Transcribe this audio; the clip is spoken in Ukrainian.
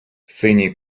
синій